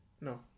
no